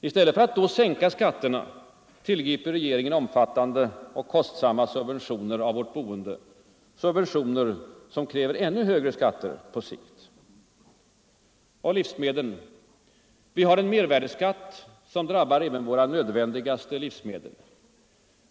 I stället för att då sänka skatterna tillgriper regeringen omfattande och kostsamma subventioner av vårt boende — subventioner som kräver ännu högre skatter på sikt. Vad händer med livsmedlen? Vi har en mervärdeskatt som drabbar även våra nödvändigaste livsmedel.